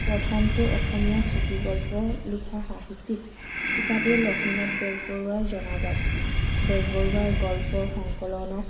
প্ৰথমটো অসমীয়া চুটিগল্প লিখা সাহিত্যিক হিচাপেও লক্ষ্মীনাথ বেজবৰুৱা জনাজাত বেজবৰুৱাৰ গল্প সংকলনক